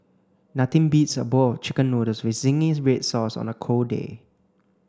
nothing beats a bowl chicken noodles with zingy red sauce on a cold day